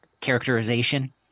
characterization